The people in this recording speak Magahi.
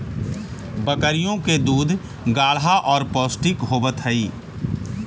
बकरियों के दूध गाढ़ा और पौष्टिक होवत हई